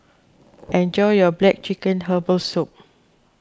enjoy your Black Chicken Herbal Soup